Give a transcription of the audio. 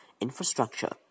infrastructure